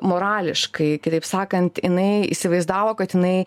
morališkai kitaip sakant jinai įsivaizdavo kad jinai